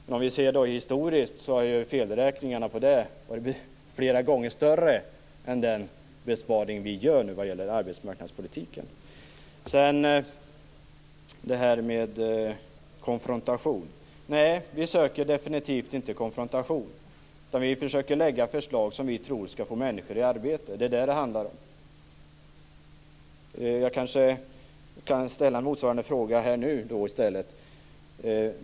Men om vi ser hur det har varit historiskt har felräkningarna varit flera gånger större än den besparing som vi gör på arbetsmarknadspolitiken. Vi söker definitivt inte konfrontation. Vi försöker lägga fram förslag som vi tror skall få människor i arbete. Det är detta som det handlar om. Jag skall ställa en fråga.